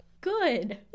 Good